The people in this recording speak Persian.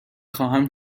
خواهم